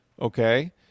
okay